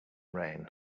rain